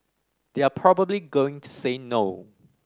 they are probably going to say no